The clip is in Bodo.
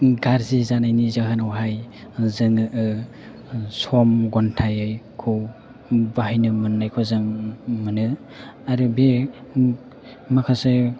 गाज्रि जानायनि जाहोनावहाय जोङो सम घन्टायैखौ बाहायनो मोननायखौ जों मोनो आरो बे माखासे